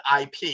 IP